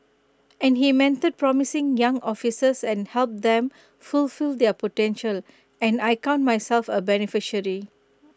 and he mentored promising young officers and helped them fulfil their potential and I count myself A beneficiary